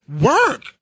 work